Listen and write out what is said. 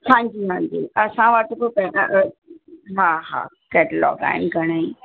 हांजी हांजी असां वटि बि हा हा कैटलॉग आहिनि घणेई